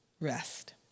rest